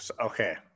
okay